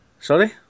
Sorry